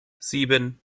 sieben